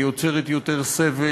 היא יוצרת יותר סבל,